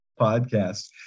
podcast